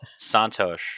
Santosh